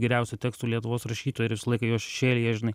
geriausių tekstų lietuvos rašytojų ir visą laiką jo šešėlyje žinai